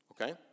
okay